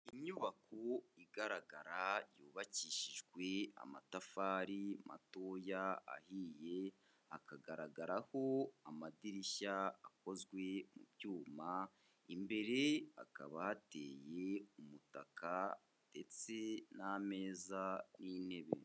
Inyubako igaragara yubakishijwe amatafari matoya ahiye, hakagaragaraho amadirishya akozwe mu byuma, imbere hakaba hateye umutaka ndetse n'ameza n'intebe.